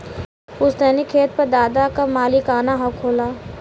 पुस्तैनी खेत पर दादा क मालिकाना हक होला